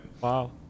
Wow